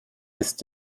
ist